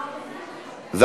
מוותר?